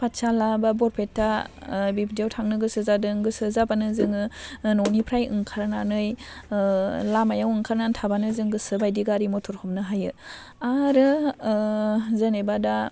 पातसाला बा बरपेटा बिब्दियाव थांनो गोसो जादों गोसो जाबानो जोङो न'निफ्राइ ओंखारनानै लामायाव ओंखारनानै थाबानो जों गोसोबायदि गारि मटर हमनो हायो आरो जेनेबा दा